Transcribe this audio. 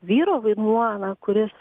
vyro vaidmuo kuris